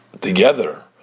together